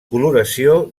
coloració